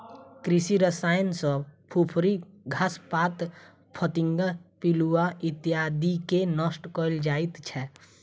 कृषि रसायन सॅ फुफरी, घास पात, फतिंगा, पिलुआ इत्यादिके नष्ट कयल जाइत छै